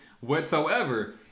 whatsoever